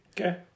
Okay